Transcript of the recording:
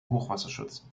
hochwasserschutz